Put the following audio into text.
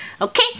Okay